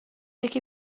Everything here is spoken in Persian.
یکی